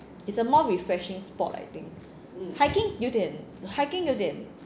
it's a more refreshing sport I think hiking 有点 hiking 有点